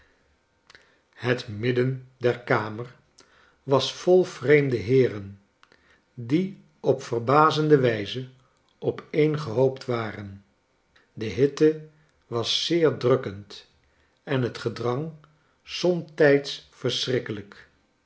het midden der kamer was vol vreemde heeren die op verbazende wijze opeengehoopt waren de hitte was zeer drukkend en het gedrang somtijds verschrikkelijk